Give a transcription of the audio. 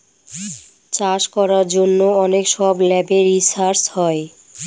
চাষ করার জন্য অনেক সব ল্যাবে রিসার্চ হয়